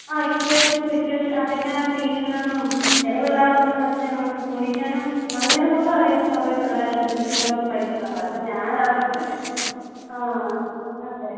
ആ equations equation അത് എങ്ങനെയാ ചെയ്യുന്നത് എന്നും ചില പിള്ളേർക്ക് ഒന്നും മറ്റേ നമുക്ക് ഗുണിക്കാനും അങ്ങനെപോലും അറിയാത്ത കുറേ പിള്ളേർ എൻ്റെ ട്യൂഷൻ ക്ലാസ്സിൽ പഠിക്കുന്നുണ്ട് അപ്പം ഞാനവർക്ക് ആ അതേ